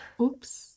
oops